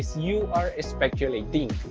you are speculating,